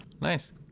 Nice